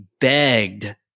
begged